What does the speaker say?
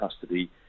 custody